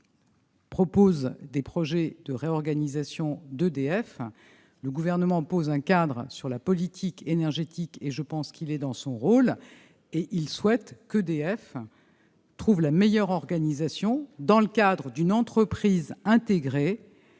qui propose des projets de réorganisation d'EDF. Le Gouvernement pose un cadre pour la politique énergétique- il me semble que c'est son rôle-, et il souhaite qu'EDF trouve la meilleure organisation, dans le cadre d'une entreprise intégrée,